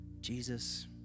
Jesus